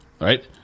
right